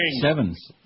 Sevens